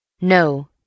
No